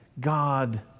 God